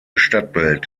stadtbild